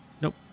Nope